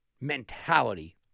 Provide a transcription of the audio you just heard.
mentality